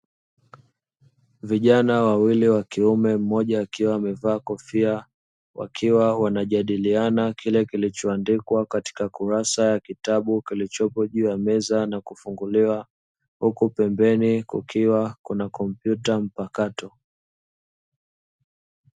Vijana wawili wa kiume mmoja akiwa amevalia kofia wakiwa wanajadiliana kile kilichoandikwa katika kurasa ya kitabu kilichopo juu ya meza huku pembeni kulikuwa na kompyuta mpakato.